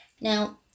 Now